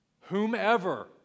whomever